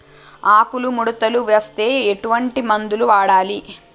ఆకులు ముడతలు వస్తే ఎటువంటి మందులు వాడాలి?